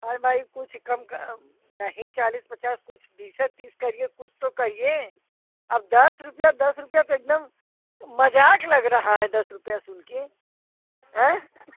अरे भाई कुछ कम का नहीं चालीस पचास कुछ बीस तीस करिए कुछ तो करिए अब दस रुपये दस रुपये तो एक दम मज़ाक लग रहा है दस रुपये सुन कर हैं